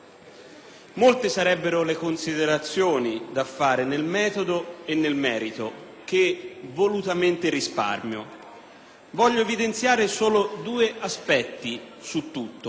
Molte sarebbero le considerazioni da fare, nel metodo e nel merito, che volutamente risparmio. Voglio evidenziare solo due aspetti su tutti.